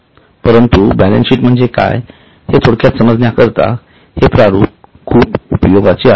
परंतु balance sheet म्हणजे काय हे थोडक्यात समजण्याकरिता हे प्रारूप खूप उपयोगाचे आहे